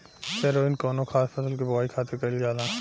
हैरोइन कौनो खास फसल के बोआई खातिर कईल जाला